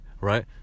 Right